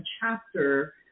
chapter